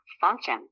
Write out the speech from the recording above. function